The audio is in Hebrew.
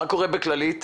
מה קורה בכללית